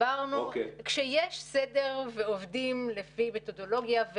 כשיש סדר ועובדים לפי מתודולוגיה,